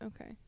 Okay